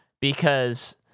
because-